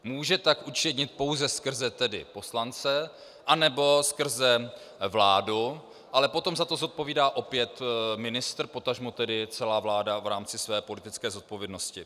Může tak učinit pouze skrze poslance anebo skrze vládu, ale potom za to odpovídá opět ministr, potažmo celá vláda v rámci své politické zodpovědnosti.